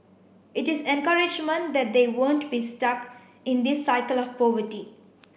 it is encouragement that they won't be stuck in this cycle of poverty